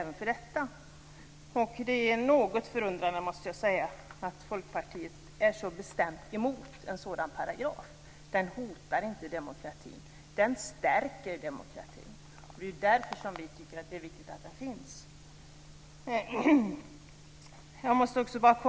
Jag måste säga att det är något förundrande att Folkpartiet är så bestämt emot en sådan paragraf. Den hotar inte demokratin, den stärker demokratin. Det är därför som vi tycker att det är så viktigt att det skall finnas en sådan paragraf.